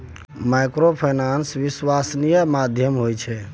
Microfinance विश्वासनीय माध्यम होय छै?